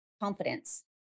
confidence